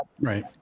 right